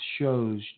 shows